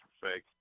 fake